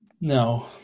no